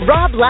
Rob